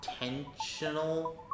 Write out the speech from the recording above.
intentional